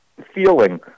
feeling